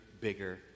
bigger